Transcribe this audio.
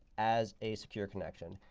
as a secure connection.